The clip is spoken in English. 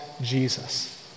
Jesus